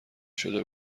شده